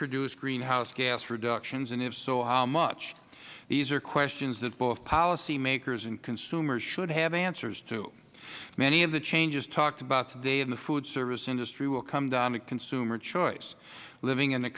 produce greenhouse gas reductions and if so how much these are questions that both policymakers and consumers should have answers to many of the changes talked about today in the food service industry will come down to consumer choice living in